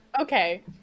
okay